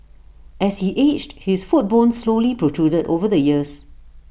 as he aged his foot bone slowly protruded over the years